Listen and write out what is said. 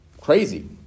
crazy